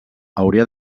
hauria